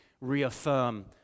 reaffirm